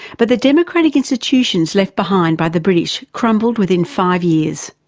but the democratic institutions left behind by the british crumbled within five years.